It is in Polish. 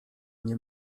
nie